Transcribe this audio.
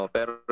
Pero